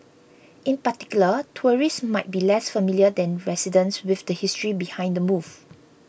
in particular tourists might be less familiar than residents with the history behind the move